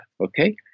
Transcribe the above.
okay